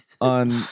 on